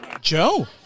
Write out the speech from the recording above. Joe